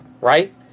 right